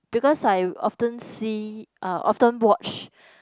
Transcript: because I often see uh often watch